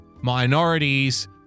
minorities